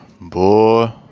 boy